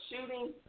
shooting